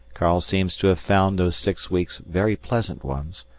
karl seems to have found those six weeks very pleasant ones,